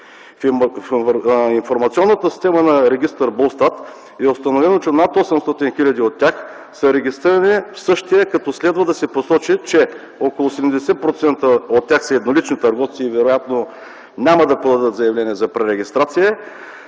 В информационната система на регистър БУЛСТАТ е установено, че над 800 хиляди от тях са регистрирани в същия, като следва да се посочи, че около 80% от тях са еднолични търговци и вероятно няма да подадат заявление за пререгистрация.